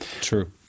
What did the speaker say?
True